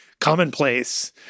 commonplace